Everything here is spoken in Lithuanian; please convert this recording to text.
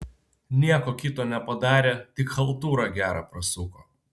nieko kito nepadarė tik chaltūrą gerą prasuko